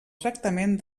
tractament